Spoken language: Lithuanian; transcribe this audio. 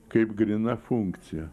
kaip gryna funkcija